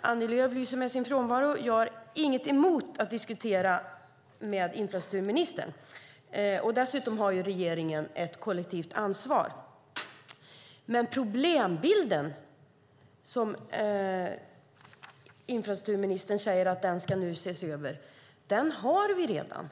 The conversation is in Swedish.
Annie Lööf lyser med sin frånvaro. Jag har inget emot att diskutera detta med infrastrukturministern, och dessutom har regeringen ett kollektivt ansvar. Problembilden som infrastrukturministern säger ska ses över har vi redan.